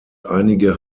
einige